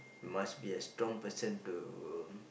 must be a strong person to